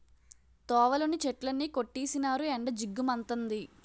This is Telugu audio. తోవలోని చెట్లన్నీ కొట్టీసినారు ఎండ జిగ్గు మంతంది